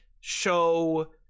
show